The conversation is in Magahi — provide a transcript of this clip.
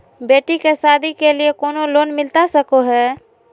बेटी के सादी के लिए कोनो लोन मिलता सको है?